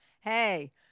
Hey